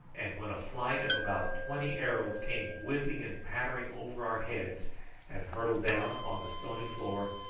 and when a flight of about twenty arrows came whizzing and pattering over our heads and hurtled down upon the stony floor,